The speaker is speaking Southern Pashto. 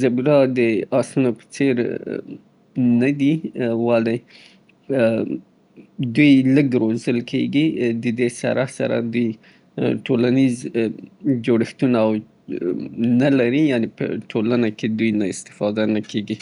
زېبرا د آسونو په څېر نه دي، ولې دوی لږ روزل کېږي. د دې سره سره دوی ټولنيز جوړښتونه نه لري، يعنې په ټولنه کې د دوی نه استفاده نه کېږي.